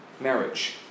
marriage